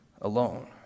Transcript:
alone